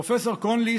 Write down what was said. פרופ' קונלי,